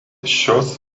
šios